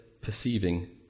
perceiving